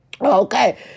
Okay